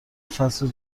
فصل